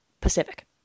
Pacific